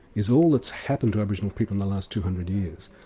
is all that's happened to aboriginal people in the last two hundred years.